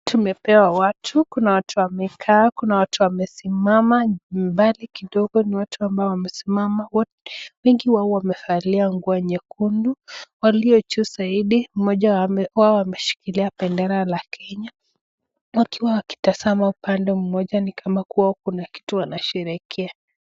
Tumepewa watu, kuna watu wamekaa, kuna watu wamesimama mbali kidogo ni watu ambao wamesimama wo wengi wao wamevalia nguo nyekundu. Walio juu zaidi mmoja wao ameshikilia bendera la Kenya wakiwa wakitazama upande mmoja ni kama kuwa kuna kitu wanasherehekea.